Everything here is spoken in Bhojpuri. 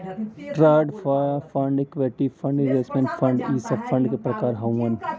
trust fund equity fund investment fund इ सब फण्ड क प्रकार हउवन